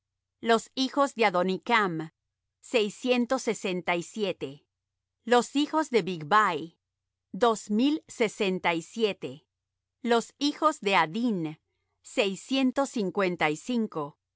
los hijos de adonicam seiscientos sesenta y siete los hijos de bigvai dos mil sesenta y siete los hijos de addin seiscientos cincuenta y cinco